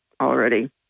already